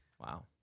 Wow